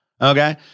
okay